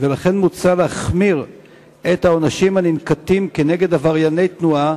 הצעת החוק נועדה להחמיר עם עברייני תנועה